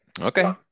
Okay